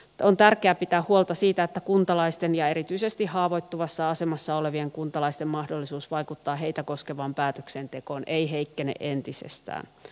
on tärkeää pitää huolta siitä että kuntalaisten ja erityisesti haavoittuvassa asemassa olevien kuntalaisten mahdollisuus vaikuttaa heitä koskevaan päätöksentekoon ei heikkene entisestään